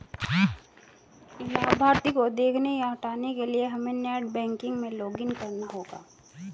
लाभार्थी को देखने या हटाने के लिए हमे नेट बैंकिंग में लॉगिन करना होगा